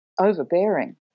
overbearing